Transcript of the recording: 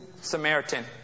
Samaritan